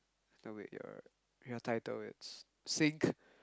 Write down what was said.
no wait your your title it's sink